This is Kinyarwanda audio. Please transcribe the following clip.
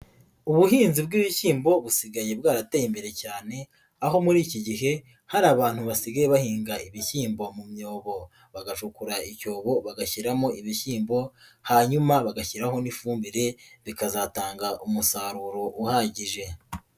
Ubuhinzi bw'ibishyimbo busigaye bwarateye imbere cyane, aho muri iki gihe hari abantu basigaye bahinga ibishyimbo mu myobo, bagacukura icyobo bagashyiramo ibishyimbo, hanyuma bagashyiraho n'ifumbire bikazatanga umusaruro uhagije.